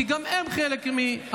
כי גם הם חלק מהנגב.